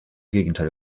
gegenteil